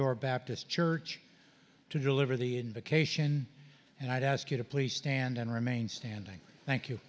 door baptist church to deliver the invocation and i'd ask you to please stand and remain standing thank you